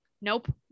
nope